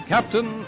Captain